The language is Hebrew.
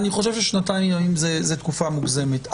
אני חושב ששנתיים זו תקופה מוגזמת.